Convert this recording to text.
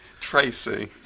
Tracy